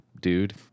dude